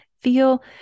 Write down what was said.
feel